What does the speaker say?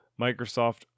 Microsoft